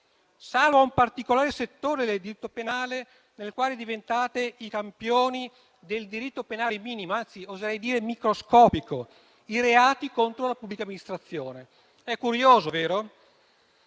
salvo in un particolare settore del diritto penale, nel quale diventate i campioni del diritto penale minimo, anzi oserei dire microscopico, ossia i reati contro la pubblica amministrazione. È curioso, vero?